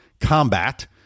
combat